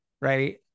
right